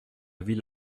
ville